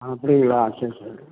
அப்படிங்களா சரி சரி